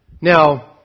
Now